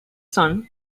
son